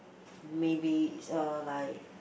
maybe uh like